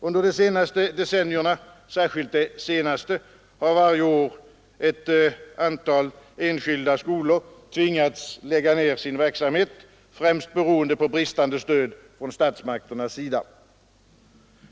Under de senaste decennierna, särskilt det senaste, har varje år ett antal enskilda skolor tvingats lägga ned sin verksamhet, främst beroende på bristande stöd från statsmakternas sida.